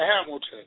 Hamilton